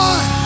One